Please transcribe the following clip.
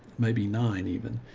maybe nine even.